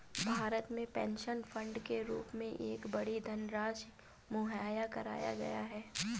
भारत में pension fund के रूप में एक बड़ी धनराशि मुहैया कराया गया है